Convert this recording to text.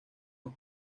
los